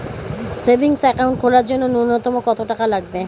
Savings account খোলার জন্য নূন্যতম কত টাকা লাগবে?